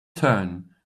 turn